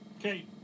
Okay